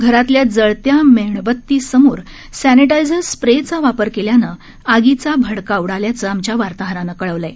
घरातल्या जळत्या मेणबतीसमोर सॅनिटायझर स्प्रे चा वापर केल्यानं आगीचा भडका उडाल्याचं आमच्या वार्ताहरानं कळवलं आहे